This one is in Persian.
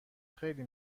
خیلی